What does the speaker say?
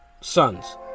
sons